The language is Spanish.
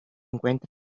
encuentra